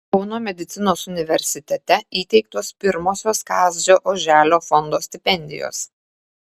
kauno medicinos universitete įteiktos pirmosios kazio oželio fondo stipendijos